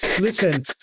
Listen